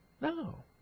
No